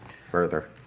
further